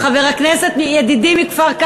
חברת הכנסת מירי רגב,